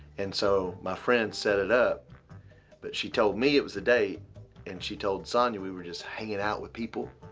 and so my friend set it up but she told me it was a date and she told sonya we were just hanging out with people.